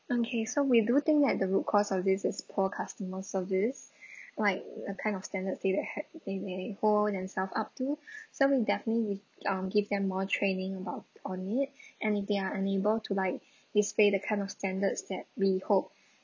okay so we do think that the root cause of this is poor customer service like a kind of standard thing that had and it it hold themselves up to so we'll definitely um give them more training about on it and tif hey are unable to like display that kind of standards that we hope